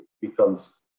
becomes